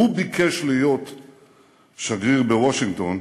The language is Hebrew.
והוא ביקש להיות שגריר בוושינגטון.